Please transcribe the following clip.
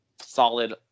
solid